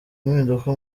impinduka